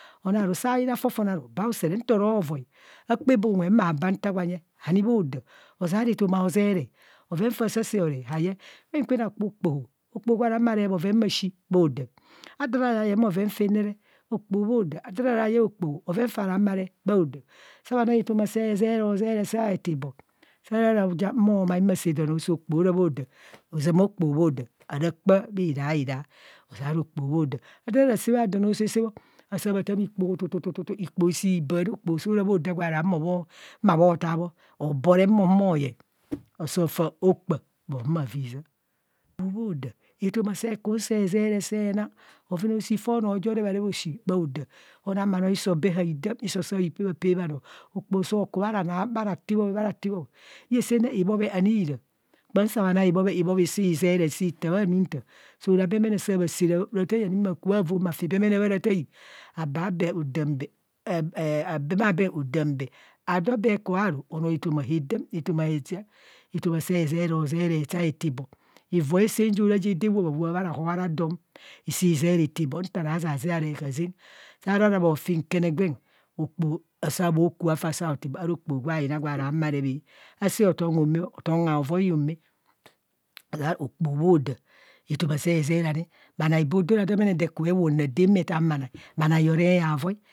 Onaa ru sayina fofone ru bha usure nto voi akpa bee unwe maa baa nta gwa nyeng ani bhoda. azeara etoma azeree. Bhoven fa sasaa horep hayeng kwen kwen akpa okpoho, okpoho gwa ra humo arep bhoven ma shii bho da, adaa ra ra yayeng bhoven fan nere okpoho bho ho da, da ra yaye okpoho bhoven faa ra hum arep bho da, saa bha nang etoma see zeree, hozeree sao tibho. Soo ro ja o mai ma sạ do naa osạạ okpolo ora bho da, ozama okpoho bho da ara kpa bhidaida ozeara okpoho bho da. adaa ara saa bha don aosea sa bho, saa tạạt ikpoho tututu ikpoho sill baae okpoho so ra bho hoda gwa ra humo bhavisaa okpoho bho de etoma see kum see zuree see na bhoven aochii fo anọọ ojo rep- a- rep ashii bho do onang bhanọọ hiso bhe haidam, hiso seupe a pe bhanro okpoho soo ku bha rato ibhobhe, bha rato ibhobhe iyesenne ibhobhe ani ra, kpam saa baa nang ibhobhe ibhobhe sii zeree si ta bha nuntaa. Soo ra abemene, saa bhasạạ rạtại maa kubha vom bhati bemme bha rạtại baa bee odam kee, abemene odam bee, ado bee kua aru onoo etoma ha- dem etoma ha dam, etoma seezeree ozeree sao tibho. Ivu ạsạạ m jo ra je dạ wap a wap bha reho ara dom se izeree itibho nta ra zazeb ara hazạ saa ra ra bhofi nkene gwen okpoho asaa bhoku afa sa otibho, ara okpoho gwe hayina gwa na humo arep a, asaa hotom homaa bho, hotom howai omạ azeara okpuho bho da, bhanae bo do ra adomene mee kubo ewum radạ mee na bhanai, bhanai horep havai